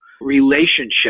relationship